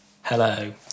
Hello